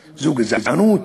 גזענות,